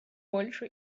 больше